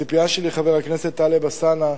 חבר הכנסת טלב אלסאנע,